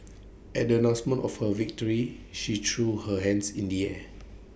at the announcement of her victory she threw her hands in the air